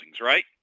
right